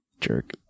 Jerk